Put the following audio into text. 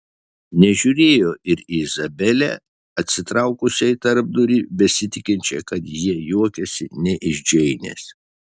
nežiūrėjo ir į izabelę atsitraukusią į tarpdurį besitikinčią kad jie juokiasi ne iš džeinės